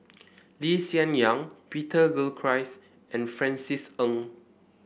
Lee Hsien Yang Peter Gilchrist and Francis Ng